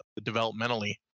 developmentally